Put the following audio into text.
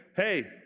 hey